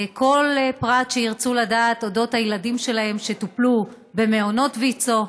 כל פרט שירצו לדעת על אודות הילדים שלהם שטופלו במעונות ויצ"ו.